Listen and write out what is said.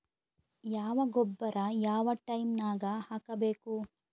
ಯಾವ ಗೊಬ್ಬರ ಯಾವ ಟೈಮ್ ನಾಗ ಹಾಕಬೇಕು?